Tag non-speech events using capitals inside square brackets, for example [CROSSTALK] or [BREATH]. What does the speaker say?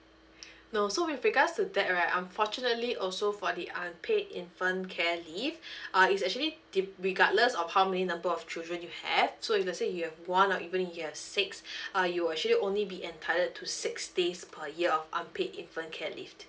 no so with regards to that right unfortunately also for the unpaid infant care leave [BREATH] uh is actually the regardless of how many number of children you have so if let's say you have one or even you have six [BREATH] uh you'll actually only be entitled to six days per year of unpaid infant care